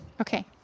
Okay